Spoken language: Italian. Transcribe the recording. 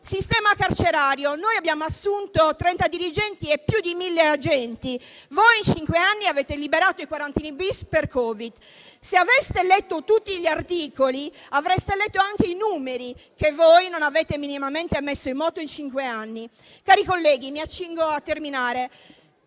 sistema carcerario, noi abbiamo assunto 30 dirigenti e più di 1.000 agenti; voi in cinque anni avete liberato i detenuti sottoposti al regime di 41-*bis* per Covid. Se aveste letto tutti gli articoli, avreste letto anche i numeri che voi non avete minimamente messo in moto in cinque anni. Colleghi, mi accingo a terminare